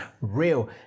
real